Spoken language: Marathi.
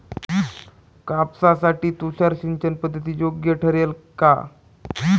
कापसासाठी तुषार सिंचनपद्धती योग्य ठरेल का?